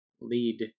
lead